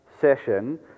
session